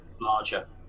larger